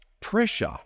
pressure